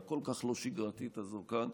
הדרך הכל-כך לא שגרתית הזו כאן,